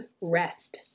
rest